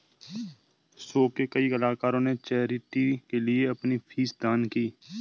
show के कई कलाकारों ने चैरिटी के लिए अपनी फीस दान की